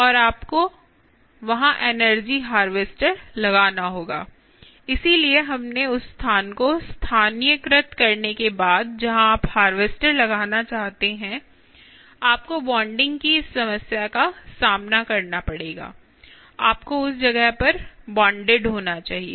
और आपको वहां एनर्जी हारवेस्टर लगाना होगा इसीलिए हमने उस स्थान को स्थानीयकृत करने के बाद जहां आप हार्वेस्टर लगाना चाहते हैं आपको बॉन्डिंग की इस समस्या का सामना करना पड़ेगा आपको उस जगह पर बॉन्डड होना चाहिए